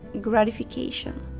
gratification